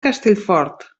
castellfort